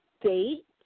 date